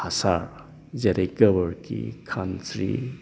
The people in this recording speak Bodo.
हासार जेरै गोबोरखि खान्स्रि